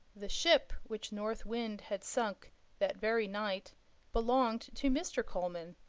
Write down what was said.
the ship which north wind had sunk that very night belonged to mr. coleman.